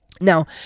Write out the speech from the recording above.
Now